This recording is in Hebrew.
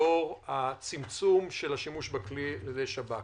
לאור הצמצום של השימוש בכלי בידי שב"כ.